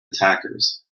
attackers